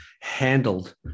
handled